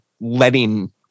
letting